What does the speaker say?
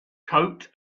coat